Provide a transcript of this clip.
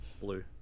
blue